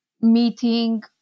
meeting